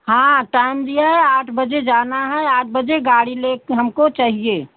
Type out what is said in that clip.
हाँ टाइम दिया है आठ बजे जाना है आठ बजे गाड़ी लेकर हमको चाहिए